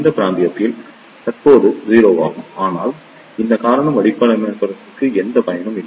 இந்த பிராந்தியத்தில் தற்போதைய 0 ஆகும் ஆனால் இந்த காரணம் வடிவமைப்பாளர்களுக்கு எந்த பயனும் இல்லை